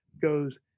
goes